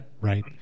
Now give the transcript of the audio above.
right